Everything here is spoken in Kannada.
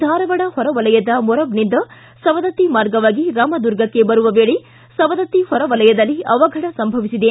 ಧಾರವಾಡ ಹೊರವಲಯದ ಮೊರಬ್ನಿಂದ ಸವದತ್ತಿ ಮಾರ್ಗವಾಗಿ ರಾಮದುರ್ಗಕ್ಕೆ ಬರುವ ವೇಳೆ ಸವದತ್ತಿ ಹೊರವಲಯದಲ್ಲಿ ಅವಘಡ ಸಂಭವಿಸಿದೆ